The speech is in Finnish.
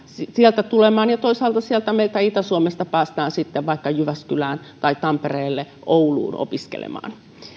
tulemaan ja toisaalta sieltä meiltä itä suomesta päästään sitten vaikka jyväskylään tampereelle tai ouluun opiskelemaan